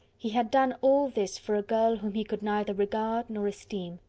he had done all this for a girl whom he could neither regard nor esteem.